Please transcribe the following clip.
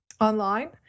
online